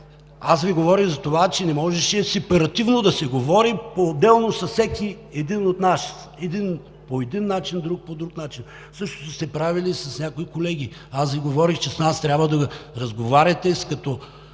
Аз Ви говоря, затова че не можеше сепаративно да се говори поотделно с всеки един от нас – един по един начин, с друг по друг начин. Същото сте правили и с някои колеги. Аз Ви говорих, че с нас трябва да разговаряте като